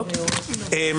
אין